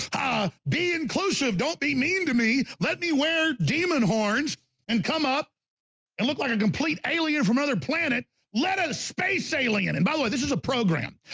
ah be inclusive, don't be mean me. let me wear demon horns and come up and look like a complete alien from another planet. let us space alien and by the way this is a program,